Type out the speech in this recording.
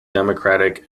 democratic